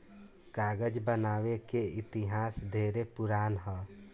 कागज बनावे के इतिहास ढेरे पुरान ह